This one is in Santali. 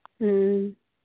ᱦᱮᱸ